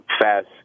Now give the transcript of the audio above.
fast